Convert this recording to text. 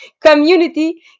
community